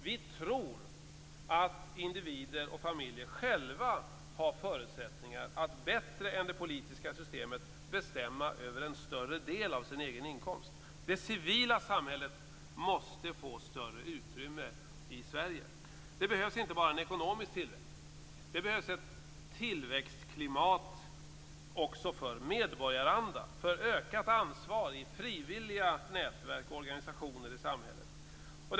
Vi tror att individer och familjer själva har förutsättningar att bättre än det politiska systemet bestämma över en större del av sin egen inkomst. Det civila samhället måste få större utrymme i Sverige. Det behövs inte bara en ekonomisk tillväxt. Det behövs ett tillväxtklimat också för medborgaranda, för ökat ansvar i frivilliga nätverk och organisationer i samhället.